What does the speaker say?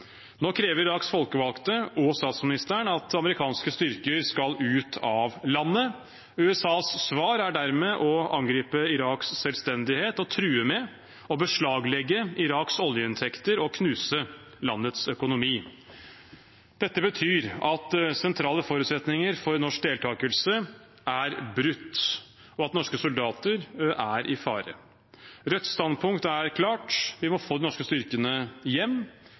Nå krever Iraks folkevalgte og statsministeren at amerikanske styrker skal ut av landet. USAs svar er dermed å angripe Iraks selvstendighet og true med å beslaglegge Iraks oljeinntekter og knuse landets økonomi. Dette betyr at sentrale forutsetninger for norsk deltakelse er brutt, og at norske soldater er i fare. Rødts standpunkt er klart: Vi må få de norske styrkene hjem.